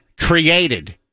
created